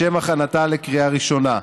לשם הכנתה לקריאה ראשונה.